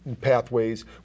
pathways